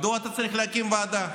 מדוע אתה צריך להקים ועדה?